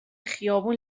خیابون